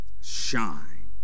shine